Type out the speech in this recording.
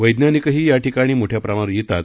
वैज्ञानिकही या ठिकाणी मोठ्या प्रमाणावर येतात